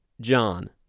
John